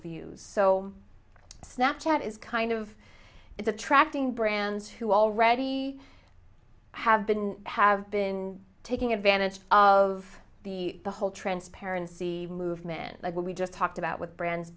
views so snapchat is kind of it's attracting brands who already have been have been taking advantage of the the whole transparency movement we just talked about with brands